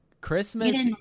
christmas